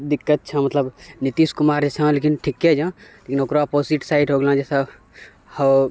दिक्कत छऽ मतलब नीतीश कुमार छऽ लेकिन ठीक्के हइ लेकिन ओकरा अपोजिट साइड हो गेलऽ जइसे